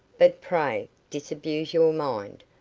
but pray disabuse your mind.